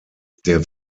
der